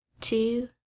two